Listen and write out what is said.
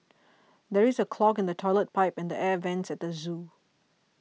there is a clog in the Toilet Pipe and the Air Vents at the zoo